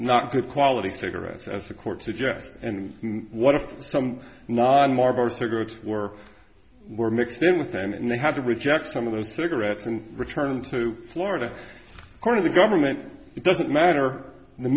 not good quality cigarettes as a court suggest and what if some non marber cigarettes were were mixed in with them and they had to reject some of those cigarettes and return to florida court of the government it doesn't matter the